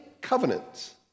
covenant